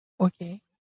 Okay